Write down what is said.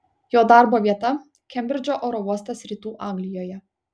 jo darbo vieta kembridžo oro uostas rytų anglijoje